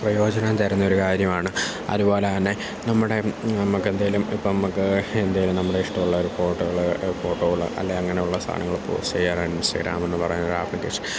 പ്രയോജനം തരുന്ന ഒരു കാര്യമാണ് അതുപോലെ തന്നെ നമ്മുടെ നമുക്കെന്തെങ്കിലും ഇപ്പം നമുക്ക് എന്തെങ്കിലും നമ്മുടെ ഇഷ്ടമുള്ളവരെ ഫോട്ടോകൾ ഫോട്ടോകൾ അല്ലെങ്കിൽ അങ്ങനെയുള്ള സാധനങ്ങൾ പോസ്റ്റ് ചെയ്യാനാണ് ഇൻസ്റ്റാഗ്രാമെന്നു പറയുന്നൊരു ആപ്ലിക്കേഷൻ